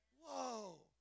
Whoa